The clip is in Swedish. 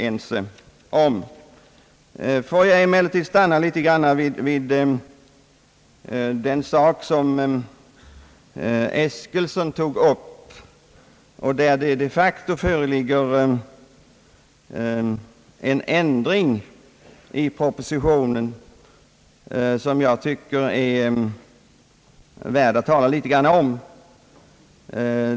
Jag vill emellertid något litet stanna vid den sak, som herr Eskilsson tog upp där det de facto föreligger en ändring i propositionen gentemot överenskommelsens innebörd.